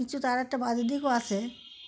কিছু তো আরে একটা বাজে দিকও আসে